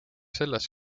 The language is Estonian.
selles